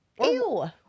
Ew